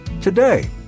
today